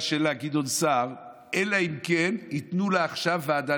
שלה גדעון סער אלא אם כן ייתנו לה עכשיו ועדה